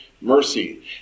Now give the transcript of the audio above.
mercy